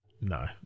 no